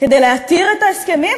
כדי להתיר את ההסכמים?